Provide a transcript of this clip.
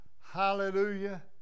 hallelujah